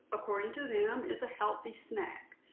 according to them, is a healthy snack.